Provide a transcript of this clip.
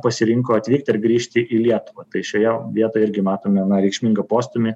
pasirinko atvykti ir grįžti į lietuvą tai šioje vietoje irgi matome reikšmingą postūmį